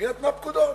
והיא נתנה פקודות.